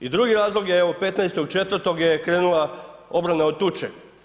I drugi je razlog je evo, 15.4. je krenula obrana od tuče.